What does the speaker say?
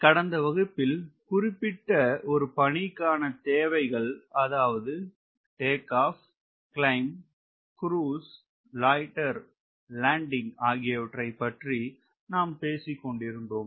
கடந்த வகுப்பில் குறிப்பிட்ட ஒரு பணிக்கான தேவைகள் அதாவது take off climb cruise loiter landing ஆகியற்றை பற்றி நாம் பேசிக்கொண்டிருந்தோம்